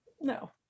No